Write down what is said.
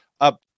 up